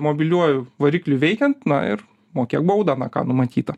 mobiliuoju varikliui veikiant na ir mokėk baudą na ką numatyta